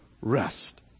rest